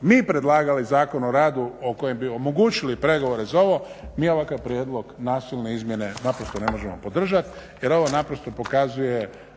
mi predlagali Zakon o radu u kojem bi omogućili pregovore za ovo, mi ovakav prijedlog nasilne izmjene naprosto ne možemo podržati jer ovo naprosto pokazuje